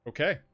Okay